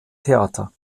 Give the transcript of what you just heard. theater